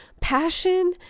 passion